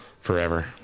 forever